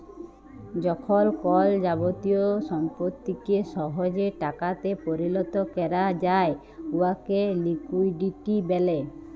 যখল কল যাবতীয় সম্পত্তিকে সহজে টাকাতে পরিলত ক্যরা যায় উয়াকে লিকুইডিটি ব্যলে